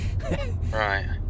Right